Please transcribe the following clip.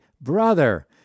Brother